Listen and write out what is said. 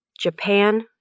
Japan